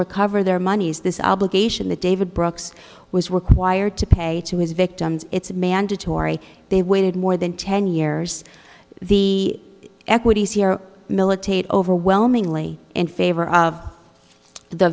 recover their monies this obligation that david brooks was required to pay to his victims it's mandatory they waited more than ten years the equity militate overwhelmingly in favor of the